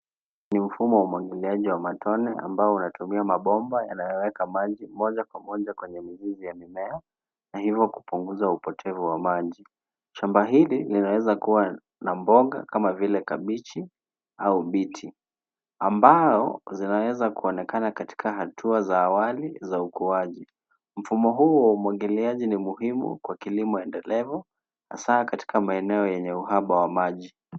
Ni mfumo wa umwagiliaji wa matone ambao unatumia mabomba yanayoweka maji, moja kwa moja kwenye mizizi ya mimea na hivo kupunguza upetevu wa maji. Shamba hili linaweza kuwa na mboga kama vile kabichi au biti ,ambao zinaweza kuonekana katika hatua za awali, za ukuaji. Mfumo huu wa umwagiliaji ni muhimu kwa kilimo endelevu hasaa katika maeneo yenye uhaba wa maji.